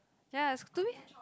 ya to me